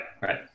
right